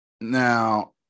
Now